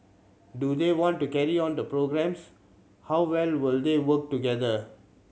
do they want to carry on the programmes how well will they work together